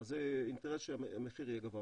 אז זה האינטרס שהמחיר יהיה גבוה.